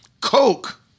Coke